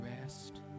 rest